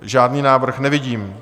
Žádný návrh nevidím.